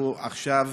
עכשיו